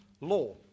law